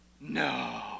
No